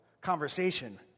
conversation